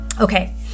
okay